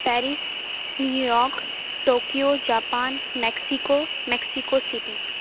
Paris New York Tokyo Japan Mexico Mexico city